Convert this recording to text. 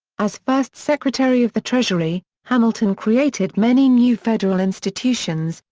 as first secretary of the treasury, hamilton created many new federal institutions,